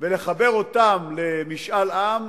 ולחבר אותם למשאל העם.